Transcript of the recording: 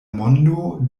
mondo